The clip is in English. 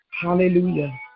Hallelujah